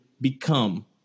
become